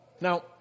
Now